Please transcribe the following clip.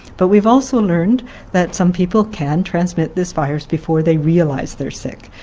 but we've also learned that some people can transmit this virus before they realize they are sick.